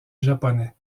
japonais